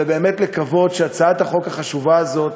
ובאמת לקוות שהצעת החוק החשובה הזאת